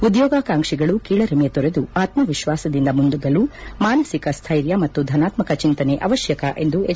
ಉದ್ಯೋಗಾಕಾಂಕ್ಷಿಗಳು ಕೀಳರಿಮೆ ತೊರೆದು ಆತ್ಮಿಶ್ವಾಸದಿಂದ ಮುನ್ನಗ್ಗಲು ಮಾನಸಿಕ ಸ್ಟೈರ್ಯ ಮತ್ತು ಧನಾತ್ಮಕ ಚಿಂತನೆ ಅವಶ್ಯಕ ಎಂದು ಎಚ್